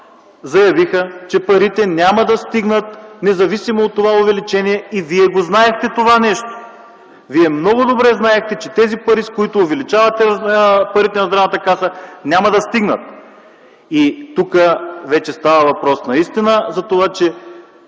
заяви, че парите няма да стигнат, независимо от това увеличение. Вие това нещо го знаехте. Вие много добре знаехте, че парите, с които увеличавате парите на Здравната каса, няма да стигнат. Тук вече става въпрос наистина, че